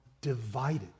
divided